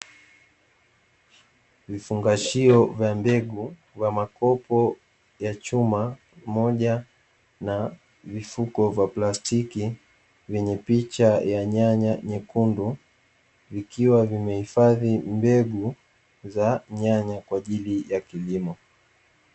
Vifungashio vya mbegu vya makopo ya chuma moja na vifuko vya plastiki vyenye picha ya nyanya nyekundu, vikiwa vimehifadhi mbegu za nyanya kwa ajili ya kilimo.